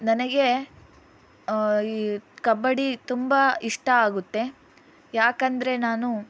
ನನಗೆ ಈ ಕಬಡ್ಡಿ ತುಂಬ ಇಷ್ಟ ಆಗುತ್ತೆ ಯಾಕೆಂದರೆ ನಾನು